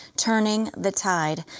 turning the tide.